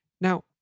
Now